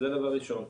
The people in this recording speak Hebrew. זה דבר ראשון.